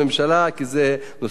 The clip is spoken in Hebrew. כי זה נושא של מיסוי,